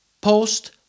Post